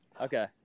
Okay